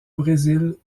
brésil